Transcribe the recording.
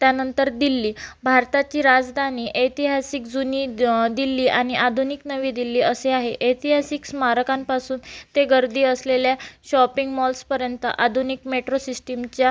त्यानंतर दिल्ली भारताची राजधानी ऐतिहासिक जुनी दिल्ली आणि आधुनिक नवी दिल्ली असे आहे ऐतिहासिक स्मारकांपासून ते गर्दी असलेल्या शॉपिंगमॉल्सपर्यंत आधुनिक मेट्रो सिस्टीमच्या